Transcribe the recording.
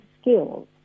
skills